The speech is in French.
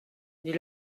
dit